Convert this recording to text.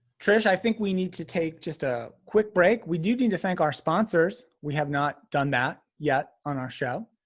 trish i think we need to take just a quick break. we do need to thank our sponsors. we have not done that yet on our show.